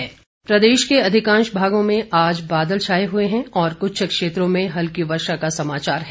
मौसम प्रदेश के अधिकांश भागों में आज बादल छाए हुए हैं और कुछ क्षेत्रों में हल्की वर्षा का समाचार है